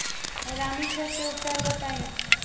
रानीखेत के उपचार बताई?